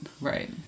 Right